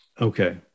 Okay